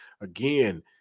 Again